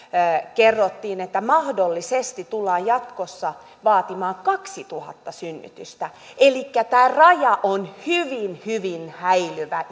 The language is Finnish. kerrottiin että mahdollisesti tullaan jatkossa vaatimaan kaksituhatta synnytystä elikkä tämä raja on hyvin hyvin häilyvä